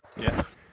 yes